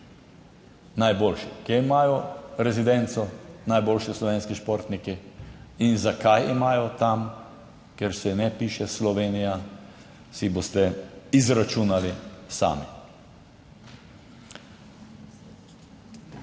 Najboljši. Kje imajo rezidenco najboljši slovenski športniki? In zakaj imajo tam, kjer se ne piše Slovenija, si boste izračunali sami.